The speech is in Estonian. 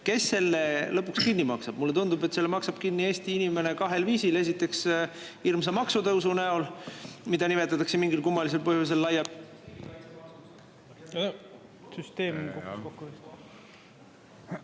Kes selle lõpuks kinni maksab? Mulle tundub, et selle maksab kinni Eesti inimene kahel viisil: esiteks, hirmsa maksutõusu näol, mida nimetatakse mingil kummalisel põhjusel laia…